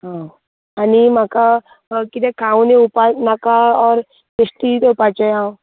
आनी म्हाका कितें खावन येवपा नाका ऑर बेश्टे येवपाचे हांव